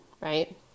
right